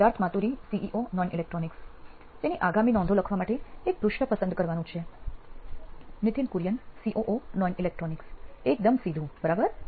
Siddharth Maturi CEO નોઇન electronics તેની આગામી નોંધો લખવા માટે એક પૃષ્ઠ પસંદ કરવાનું છે નિથિન કુરિયન સીઓઓ નોઇન ઇલેક્ટ્રોનિક્સ એકદમ સીધું બરાબર